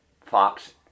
fox